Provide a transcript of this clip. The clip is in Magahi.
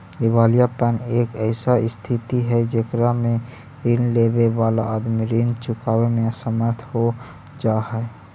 दिवालियापन एक ऐसा स्थित हई जेकरा में ऋण लेवे वाला आदमी ऋण चुकावे में असमर्थ हो जा हई